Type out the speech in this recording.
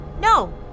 No